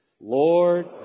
Lord